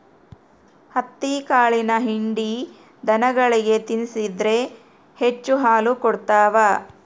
ಹತ್ತಿಕಾಳಿನ ಹಿಂಡಿ ದನಗಳಿಗೆ ತಿನ್ನಿಸಿದ್ರ ಹೆಚ್ಚು ಹಾಲು ಕೊಡ್ತಾವ